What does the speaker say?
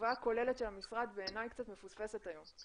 התשובה הכוללת של המשרד בעיניי קצת מפוספסת היום.